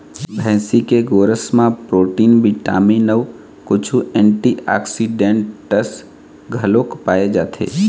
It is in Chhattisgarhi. भइसी के गोरस म प्रोटीन, बिटामिन अउ कुछ एंटीऑक्सीडेंट्स घलोक पाए जाथे